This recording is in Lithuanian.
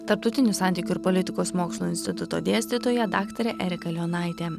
tarptautinių santykių ir politikos mokslų instituto dėstytoja daktarė erika leonaitė